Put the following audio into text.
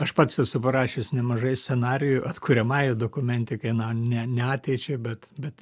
aš pats esu parašęs nemažai scenarijų atkuriamajai dokumentikai na ne ne ateičiai bet bet